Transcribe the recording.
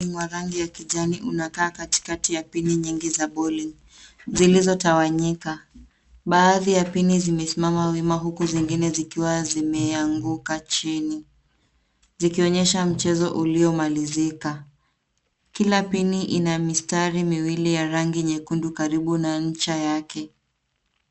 Ni wa rangi ya kijani una kaa katikati ya pini nyingi za boli zilzotawanyika, baadhi ya pini zimesimama wima huku zingine zikiwa zimeanguka chini, zikionyesha mchezo ulio malizika. Kila pini ina mistari miwili ya rangi nyekundu karibu na ncha yake.